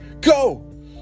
go